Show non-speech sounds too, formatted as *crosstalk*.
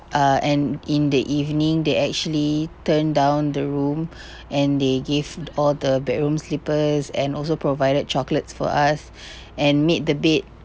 uh and in the evening they actually turned down the room *breath* and they give all the bedroom slippers and also provided chocolates for us *breath* and made the bed